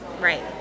Right